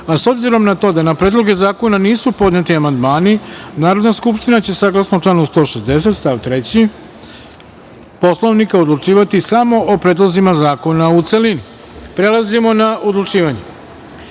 a s obzirom na to da na predloge zakona nisu podneti amandmani, Narodna skupština će saglasno članu 160. stav 3. Poslovnika odlučivati samo o predlozima zakona u celini. Prelazimo na odlučivanje. Prva